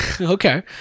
Okay